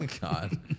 God